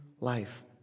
life